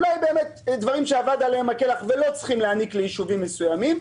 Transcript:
אולי יש באמת דברים שאבד עליהם הכלח ולא צריך להעניק לישובים מסוים,